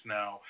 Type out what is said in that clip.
now